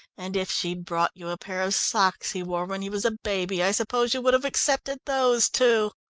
and if she'd brought you a pair of socks he wore when he was a baby i suppose you would have accepted those too.